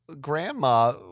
grandma